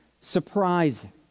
surprising